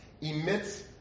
emits